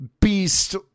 beast